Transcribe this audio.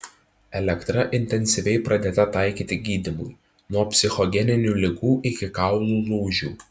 elektra intensyviai pradėta taikyti gydymui nuo psichogeninių ligų iki kaulų lūžių